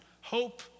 Hope